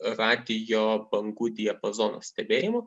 radijo bangų diapazono stebėjimų